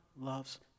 loves